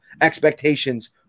expectations